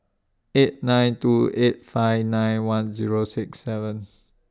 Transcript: eight nine two eight five nine one Zero six seven